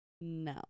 No